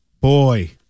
boy